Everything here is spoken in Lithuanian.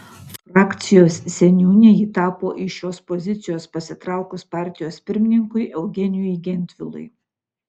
frakcijos seniūne ji tapo iš šios pozicijos pasitraukus partijos pirmininkui eugenijui gentvilui